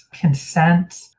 consent